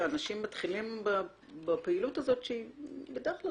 כשאנשים מתחילים בפעילות הזו שהיא בדרך כלל